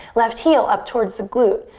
left heel up towards the glute.